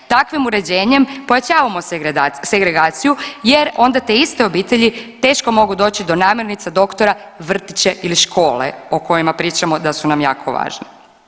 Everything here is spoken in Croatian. Takvim uređenjem pojačavamo segregaciju jer onda te iste obitelji teško mogu doći do namirnica, doktora, vrtića ili škole o kojima pričamo da su nam jako važni.